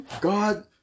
God